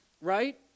Right